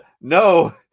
No